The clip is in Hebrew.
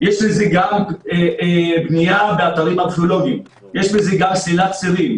יש בזה גם בנייה באתרים ארכיאולוגים; יש בזה גם סלילת צירים,